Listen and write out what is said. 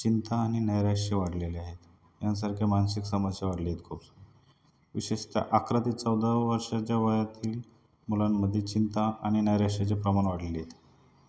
चिंता आनि नैराश्य वाढलेले आहेत यांसारख्या मानसिक समस्या वाढले आहेत खूप विशेषतः अकरा ते चौदा वर्षाच्या वयातील मुलांमध्ये चिंता आणि नैराश्याचे प्रमाण वाढले आहेत